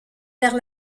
vers